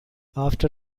after